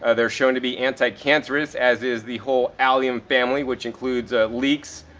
ah they're shown to be anti-cancerous as is the whole allium family which includes ah leeks,